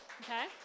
okay